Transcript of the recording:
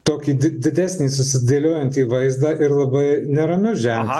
tokį didesnį susidėliojanti vaizdą ir labai neramius ženklus